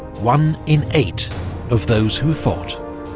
one in eight of those who fought.